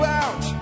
out